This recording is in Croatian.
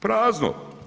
Prazno.